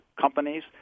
companies